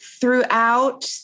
throughout